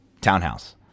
Townhouse